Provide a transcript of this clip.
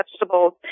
vegetables